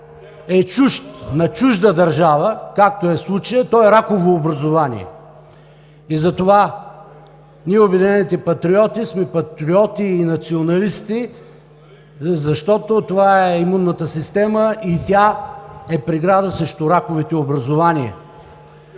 – на чужда държава, както е в случая, то е раково образувание. (Шум и реплики от ДПС.) И затова ние, „Обединените патриоти“, сме патриоти и националисти, защото това е имунната система и тя е преграда срещу раковите образувания.